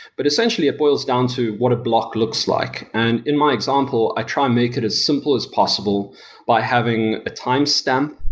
but essentially, it boils down to what a block looks like. and in my example, i try and make it as simple as possible by having a timestamp,